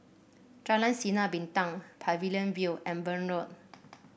Jalan Sinar Bintang Pavilion View and Burn Road